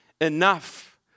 enough